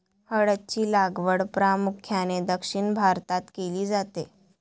हळद ची लागवड प्रामुख्याने दक्षिण भारतात केली जाते